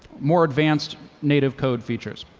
more advanced native code features.